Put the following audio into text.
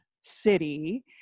city